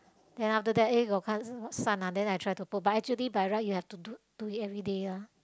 then after eh got sun ah then I try to put but actually by right you have to do do it everyday lah